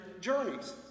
journeys